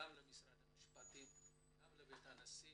גם למשרד המשפטים וגם לבית הנשיא